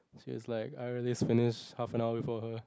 she is like I already finish half an hour for her